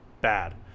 Bad